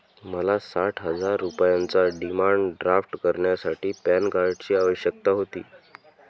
मला साठ हजार रुपयांचा डिमांड ड्राफ्ट करण्यासाठी पॅन कार्डची आवश्यकता होती